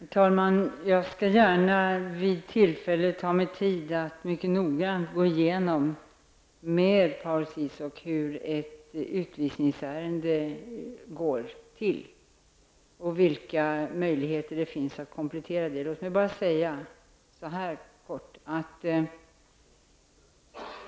Herr talman! Jag skall gärna vid tillfälle ta mig tid och mycket noggrant gå igenom med Paul Ciszuk hur det går till i ett utvisningsärende och visa på de möjligheter som finns när det gäller att göra kompletteringar. Helt kort vill jag bara säga följande.